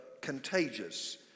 contagious